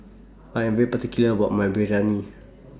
I Am very particular about My Biryani